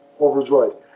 overjoyed